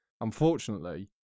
unfortunately